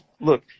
look